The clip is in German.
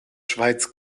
schweiz